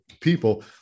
people